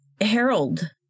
harold